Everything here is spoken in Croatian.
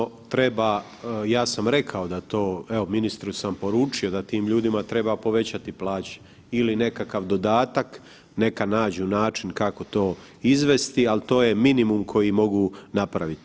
Jasno treba, ja sam rekao da to, evo ministru sam poručio da tim ljudima treba povećati plaće ili nekakav dodatak, neka nađu način kako to izvesti, al to je minimum koji mogu napraviti.